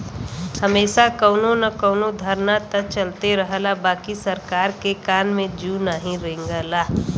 हमेशा कउनो न कउनो धरना त चलते रहला बाकि सरकार के कान में जू नाही रेंगला